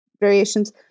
variations